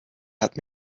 hat